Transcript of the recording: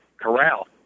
Corral